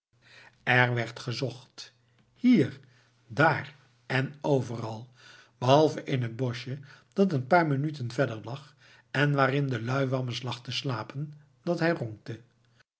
er werd gezocht hier daar en overal behalve in het boschje dat een paar minuten verder lag en waarin de luiwammes lag te slapen dat hij ronkte